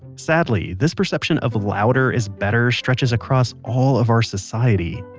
sadly, this perception of louder is better stretches across all of our society.